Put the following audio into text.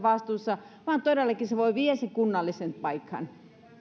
vastuussa vaan todellakin se voi viedä sen kunnalliseen paikkaan